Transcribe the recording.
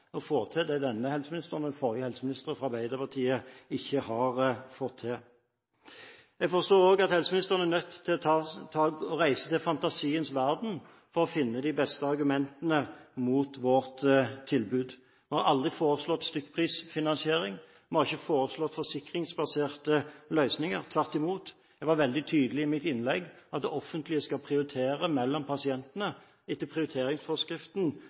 å få til det denne helseministeren og den forrige helseministeren fra Arbeiderpartiet ikke har fått til. Jeg forstår også at helseministeren er nødt til å reise til fantasiens verden for å finne de beste argumentene mot vårt tilbud. Vi har aldri foreslått stykkprisfinansiering, og vi har ikke foreslått forsikringsbaserte løsninger. Tvert imot – jeg var i mitt innlegg veldig tydelig på at det offentlige skal prioritere mellom pasientene etter prioriteringsforskriften,